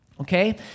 Okay